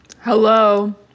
hello